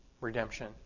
redemption